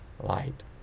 light